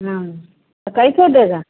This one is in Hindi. हाँ तो कैसे देगा